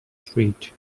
street